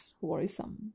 worrisome